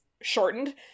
shortened